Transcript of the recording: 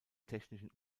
technischen